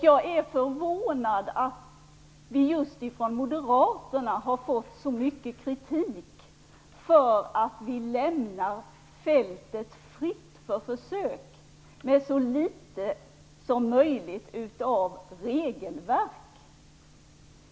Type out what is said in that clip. Jag är förvånad över att vi just från Moderaterna har fått så mycket kritik för att vi lämnar fältet fritt för försök, med så litet som möjligt av regelverk.